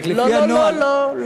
לא, לא, לא.